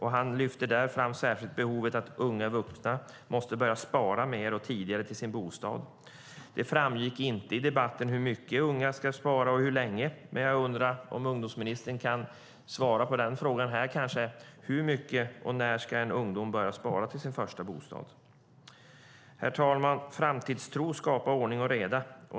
Han lyfte fram behovet av att unga vuxna måste börja spara mer och tidigare till sin bostad. Det framgick inte i debatten hur mycket och hur länge unga ska spara. Jag undrar om ungdomsministern kanske kan svara på den frågan. När ska en ungdom börja spara till sin första bostad och hur mycket? Fru talman! Framtidstro skapar ordning och reda.